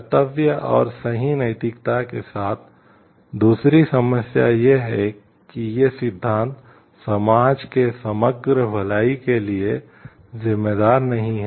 कर्तव्य और सही नैतिकता के साथ दूसरी समस्या यह है कि ये सिद्धांत समाज के समग्र भलाई के लिए जिम्मेदार नहीं हैं